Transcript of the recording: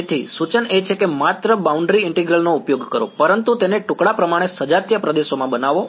તેથી સૂચન એ છે કે માત્ર બાઉન્ડ્રી ઇન્ટિગ્રલ નો ઉપયોગ કરો પરંતુ તેને ટુકડા પ્રમાણે સજાતીય પ્રદેશોમાં બનાવો